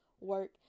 work